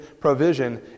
provision